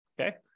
okay